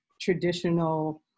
traditional